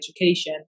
education